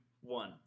one